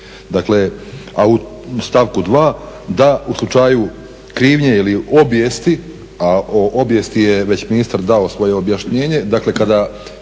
Dakle, a u stavku 2. da u slučaju krivnje ili obijesti, a o obijesti je već ministar dao svoje objašnjenje, dakle kada